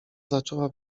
zaczęła